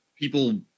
people